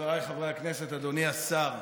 חבריי חברי הכנסת, אדוני השר,